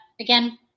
again